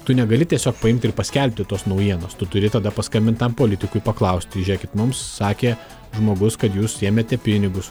tu negali tiesiog paimti ir paskelbti tos naujienos tu turi tada paskambint tam politikui paklausti žėkit mums sakė žmogus kad jūs ėmėte pinigus